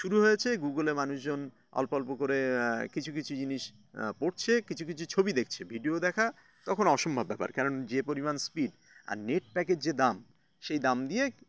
শুরু হয়েছে গুগলে মানুষজন অল্প অল্প করে কিছু কিছু জিনিস পড়ছে কিছু কিছু ছবি দেখছে ভিডিও দেখা তখন অসম্ভব ব্যাপার কারণ যে পরিমাণ স্পিড আর নেট প্যাকের যে দাম সেই দাম দিয়ে